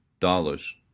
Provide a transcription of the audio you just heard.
dollars